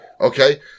Okay